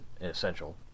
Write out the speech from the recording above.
essential